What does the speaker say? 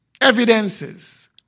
evidences